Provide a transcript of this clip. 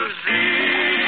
see